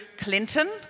Clinton